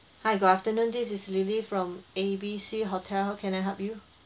hi good afternoon this is lily from A B C hotel can I help you